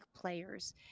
players